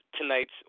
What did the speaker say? tonight's